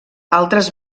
altres